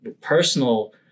personal